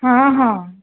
ହଁ ହଁ